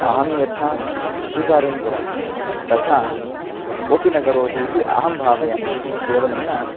अहं यथा कृषिकार्यं करोमि तथा कोपि न करोति इति अहं भावयामि इति केवलं न